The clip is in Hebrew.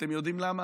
אתם יודעים למה?